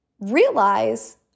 realize